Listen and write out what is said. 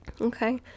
Okay